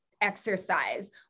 exercise